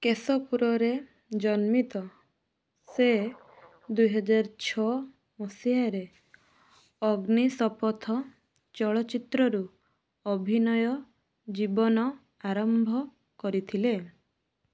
କେଶପୁରରେ ଜନ୍ମିତ ସେ ଦୁଇହଜାରଛଅ ମସିହାରେ ଅଗ୍ନିଶପଥ ଚଳଚ୍ଚିତ୍ରରୁ ଅଭିନୟ ଜୀବନ ଆରମ୍ଭ କରିଥିଲେ